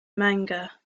manga